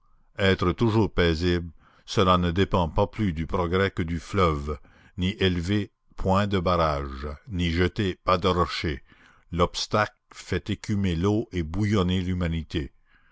être toujours paisible cela ne dépend pas plus du progrès que du fleuve n'y élevez point de barrage n'y jetez pas de rocher l'obstacle fait écumer l'eau et bouillonner l'humanité